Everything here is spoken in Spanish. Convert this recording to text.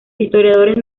historiadores